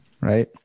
right